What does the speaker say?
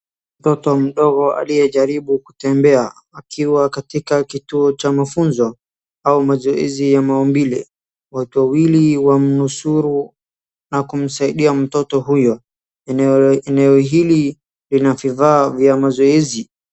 Mtoto mdogo aliyejaribu kutembea akiwa katika kituo cha mafunzo au mazoezi ya maumbile. Watu wawili wamnusuru na kumsaidia mtoto huyo. Eneo hili lina vifaa vya mazoezi.